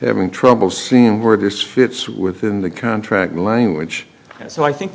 having trouble seeing where this fits within the contract language so i think